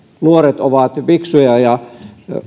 nuoret ovat fiksuja ja